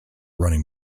running